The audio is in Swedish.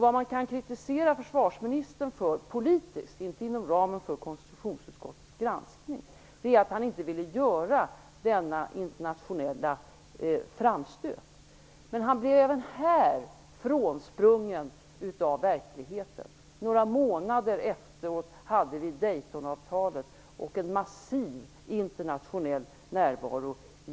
Vad man kan kritisera försvarsministern för politiskt - inte inom ramen för konstitutionsutskottets granskning - är att han inte ville göra denna internationella framstöt. Men han blev även här frånsprungen av verkligheten. Några månader efteråt hade vi Daytonavtalet och en massiv internationell närvaro i